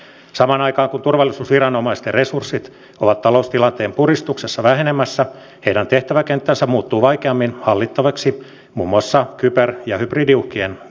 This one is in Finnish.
samaan aikaan kun turvallisuusviranomaisten resurssit ovat taloustilanteen puristuksessa vähenemässä heidän tehtäväkenttänsä muuttuu vaikeammin hallittavaksi muun muassa kyber ja hybridiuhkien myötä